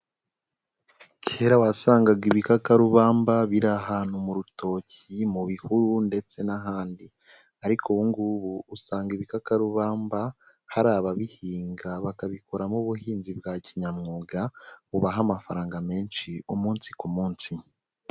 Kera wasangaga ibikakarubamba biri ahantu mu rutoki mu bihuru ndetse n'ahandi, ariko ubungubu usanga ibikakarubamba hari ababihinga bakabikoramo ubuhinzi bwa kinyamwuga bubaha amafaranga menshi umunsi ku munsi.